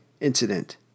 Incident